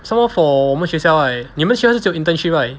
some more for 我们学校 right 你们学校是只有 internship right